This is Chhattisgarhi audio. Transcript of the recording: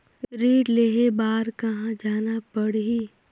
ऋण लेहे बार कहा जाना पड़ही?